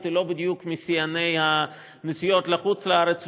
היא לא בדיוק משיאני הנסיעות לחוץ-לארץ,